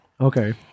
Okay